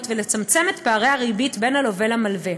ולצמצם את פערי הריבית בין הלווה למלווה.